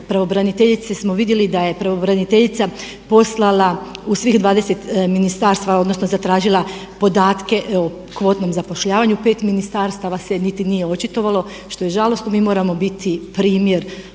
pravobraniteljice smo vidjeli da je pravobraniteljica poslala u svih 20 ministarstva odnosno zatražila podatke o kvotnom zapošljavanju, 5 ministarstava se niti nije očitovalo što je žalosno. Mi moramo biti primjer